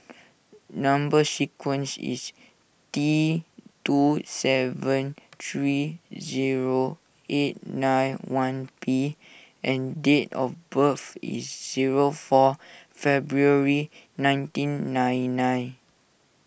Number Sequence is T two seven three zero eight nine one P and date of birth is zero four February nineteen nine nine